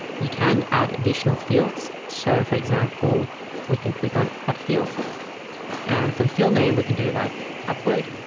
you can add additional fields. so for example we can click on head field and for the field name we can do like upload